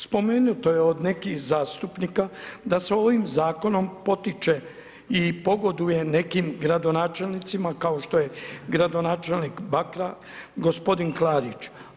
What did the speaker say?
Spomenuto je od nekih zastupnika da se ovim zakonom potiče i pogoduje nekim gradonačelnicima kao što je gradonačelnik Bakra gospodin Klarić.